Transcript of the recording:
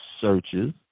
searches